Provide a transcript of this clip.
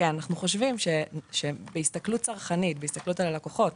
אנו חושבים שבהסתכלות צרכנית על הלקוחות